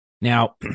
Now